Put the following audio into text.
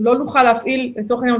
לצורך העניין,